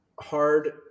hard